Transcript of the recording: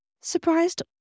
surprised